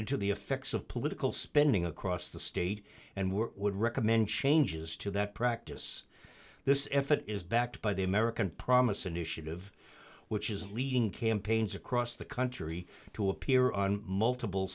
into the effects of political spending across the state and we're would recommend changes to that practice this if it is backed by the american promise initiative which is leading campaigns across the country to appear on multiple